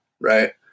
Right